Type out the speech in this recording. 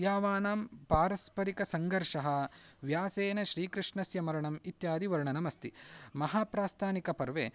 यादवानां पारस्परिकसङ्गर्षः व्यासेन श्रीकृष्णस्य मरणम् इत्यादिवर्णनम् अस्ति महाप्रास्तानिकपर्वे